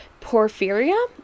porphyria